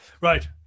Right